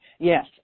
Yes